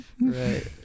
Right